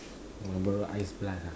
Malboro ice plus ah